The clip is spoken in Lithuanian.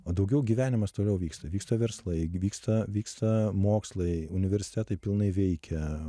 o daugiau gyvenimas toliau vyksta vyksta verslai vyksta vyksta mokslai universitetai pilnai veikia